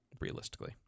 realistically